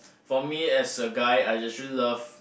for me as a guy I usually love